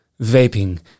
vaping